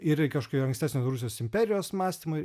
ir kažkokio ankstesnio rusijos imperijos mąstymo ir